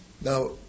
Now